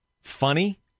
funny